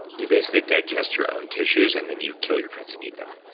you basically digest your own tissues, and then you kill your friends and eat them